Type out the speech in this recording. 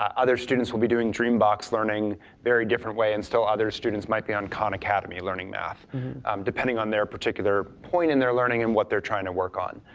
other students will be doing dreambox learning very different way. and still, other students might be on khan academy learning math depending on their particular point in their learning and what they're trying to work on.